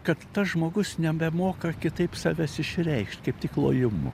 kad tas žmogus nebemoka kitaip savęs išreikšt kaip tik lojimu